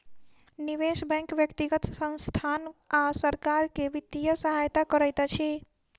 निवेश बैंक व्यक्तिगत संसथान आ सरकार के वित्तीय सहायता करैत अछि